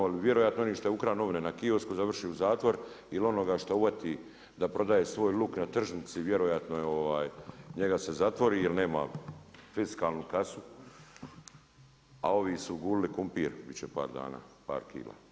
Jer bi vjerojatno onaj koji je ukra novine na kiosku završio u zatvor ili onoga što uhvati da prodaje svoj luk na tržnici vjerojatno je, njega se zatvori jer nema fiskalnu kasu, a ovi su gulili krumpir bit će par dana, par kila.